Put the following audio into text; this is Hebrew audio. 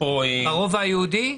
ברובע היהודי?